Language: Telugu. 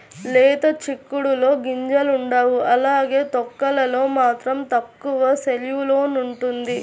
లేత చిక్కుడులో గింజలుండవు అలానే తొక్కలలో మాత్రం తక్కువ సెల్యులోస్ ఉంటుంది